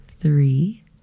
three